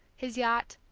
his yacht,